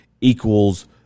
equals